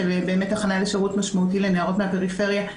שזו באמת הכנה לשירות משמעותי לנערות מהפריפריה,